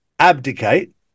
abdicate